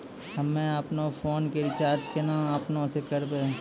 हम्मे आपनौ फोन के रीचार्ज केना आपनौ से करवै?